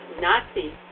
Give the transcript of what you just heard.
Nazi